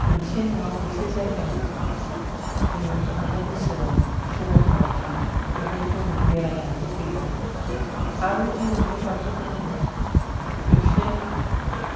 मोनसे नङा मोनसे जायगायाव जोङो थांनाय बोसोराव सरलपारायाव थाङो बेहाय जोङो बेरायनानै फैयो आरो आरो ओरैनोबाबो जोङो खेबसे